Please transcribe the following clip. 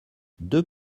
deux